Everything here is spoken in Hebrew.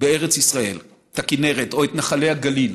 בארץ ישראל, את הכינרת, או את נחלי הגליל.